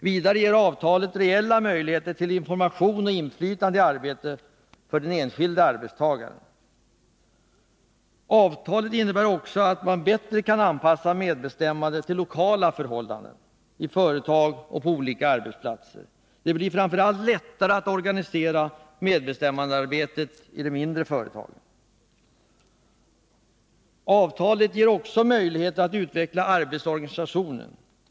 Vidare ger avtalet reella möjligheter till information och inflytande i arbetet för den enskilde arbetstagaren. Avtalet innebär också att man bättre kan anpassa medbestämmandet till lokala förhållanden i företag och på olika arbetsplatser. Det blir framför allt lättare att organisera medbestämmandearbetet i mindre företag. Vidare ger avtalet möjligheter att utveckla arbetsorganisationen.